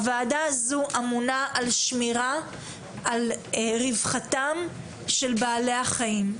הוועדה הזו אמונה על שמירת רווחתם של בעלי החיים,